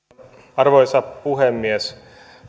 arvoisa puhemies